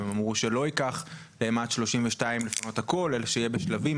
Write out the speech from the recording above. הם אמרו שלא ייקח להם עד 2032 לפנות הכל אלא שזה יהיה בשלבים,